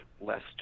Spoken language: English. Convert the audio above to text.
lester